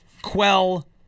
Quell